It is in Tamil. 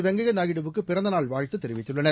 வெங்கைய நாயுடு வுக்கு பிறந்தநாள் வாழ்த்து தெரிவித்துள்ளனர்